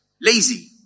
lazy